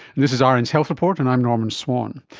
this is ah rn's health report and i'm norman swan.